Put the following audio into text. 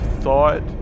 thought